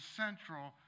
central